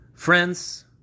Friends